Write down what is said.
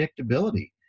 predictability